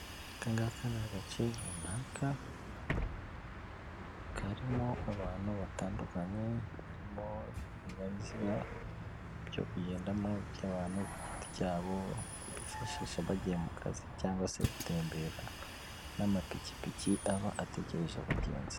Aka ngaka ni agace runaka, karimo abantu batandukanye, harimo ibinyabiziga byo kugendamo by'abantu ku giti cyabo, bifashisha bagiye mu kazi cyangwa se gutembera n'amapikipiki aba ategereje abagenzi.